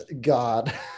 God